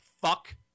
Fuck